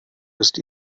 ist